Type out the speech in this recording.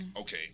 Okay